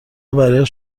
برایش